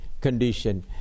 condition